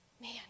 man